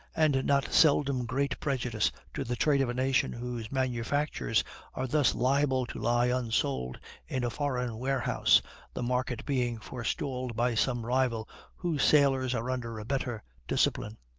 and not seldom great prejudice to the trade of a nation whose manufactures are thus liable to lie unsold in a foreign warehouse the market being forestalled by some rival whose sailors are under a better discipline.